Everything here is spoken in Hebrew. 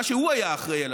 מה שהוא היה אחראי עליו.